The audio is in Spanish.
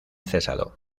cesado